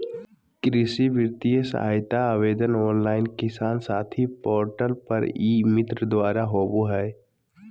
कृषि वित्तीय सहायता आवेदन ऑनलाइन किसान साथी पोर्टल पर ई मित्र द्वारा होबा हइ